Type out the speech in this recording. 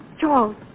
Charles